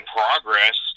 progress